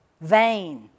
vain